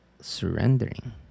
surrendering